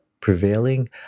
prevailing